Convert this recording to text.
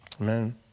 Amen